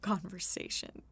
Conversation